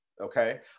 Okay